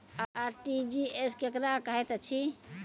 RTGS केकरा कहैत अछि?